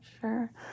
sure